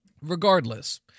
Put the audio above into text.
regardless